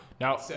Now